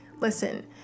listen